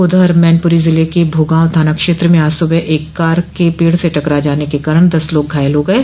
उधर मैनपुरी जिले के भोगांव थाना क्षेत्र में आज सुबह एक कार के पेड़ से टकरा जाने के कारण दस लोग घायल हो गये